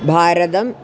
भारतम्